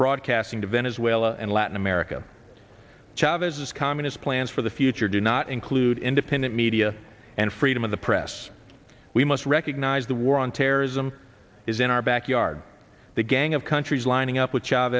broadcasting to venezuela and latin america chavez's communist plans for the future do not include independent media and freedom of the press we must recognize the war on terrorism is in our backyard the gang of countries lining up w